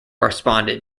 responded